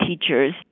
teachers